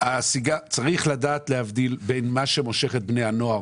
צריך לדעת להבדיל בין מה שמושך את בני הנוער,